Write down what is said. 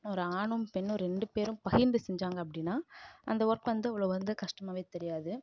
ஒரு ஆணும் பெண்ணும் ரெண்டு பேரும் பகிர்ந்து செஞ்சாங்க அப்படின்னா அந்த ஒர்க் வந்து அவ்வளோ வந்து கஷ்டமாகவே தெரியாது